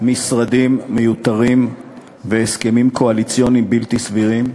משרדים מיותרים והסכמים קואליציוניים בלתי סבירים,